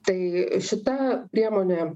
tai šita priemonė